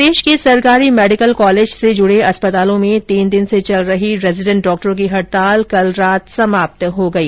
प्रदेश के सरकारी medical college से जुडे अस्पतालों में तीन दिन से चल रही रेजीडेंट डॉक्टरों की हडताल कल रात समाप्त हो गई